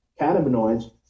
cannabinoids